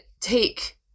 take